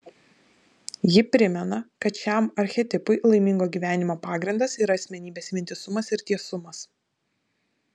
ji primena kad šiam archetipui laimingo gyvenimo pagrindas yra asmenybės vientisumas ir tiesumas